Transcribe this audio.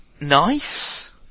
nice